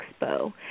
Expo